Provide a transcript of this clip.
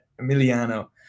Emiliano